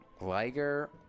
Liger